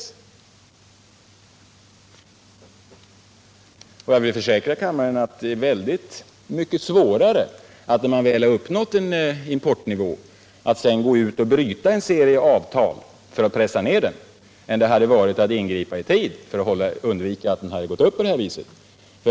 Och jag vill försäkra kammaren att när man har uppnått en hög importnivå, så är det väldigt mycket svårare att sedan gå ut och bryta en serie avtal för att pressa ned den, än det hade varit att ingripa i tid för att undvika att den gått upp på det här viset.